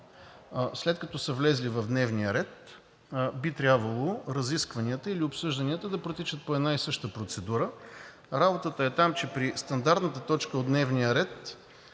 След като са влезли в дневния ред, би трябвало разискванията или обсъжданията да протичат по една и съща процедура. Работата е там, че при стандартната точка от дневния ред